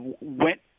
went